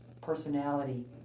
personality